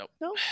No